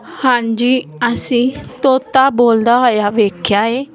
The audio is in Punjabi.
ਹਾਂਜੀ ਅਸੀਂ ਤੋਤਾ ਬੋਲਦਾ ਹੋਇਆ ਵੇਖਿਆ ਹੈ